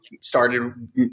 started